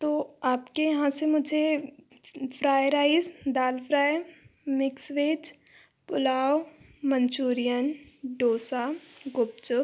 तो आपके यहाँ से मुझे fry rice dal fry mix veg pulao Manchurian dosa गुपचुप